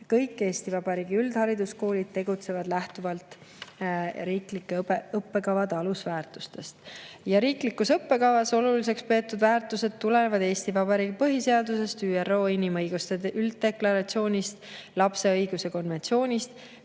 Kõik Eesti Vabariigi üldhariduskoolid tegutsevad lähtuvalt riiklike õppekavade alusväärtustest. Riiklikus õppekavas oluliseks peetud väärtused tulenevad Eesti Vabariigi põhiseadusest, ÜRO inimõiguste ülddeklaratsioonist, lapse õiguste konventsioonist